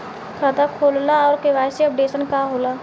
खाता खोलना और के.वाइ.सी अपडेशन का होला?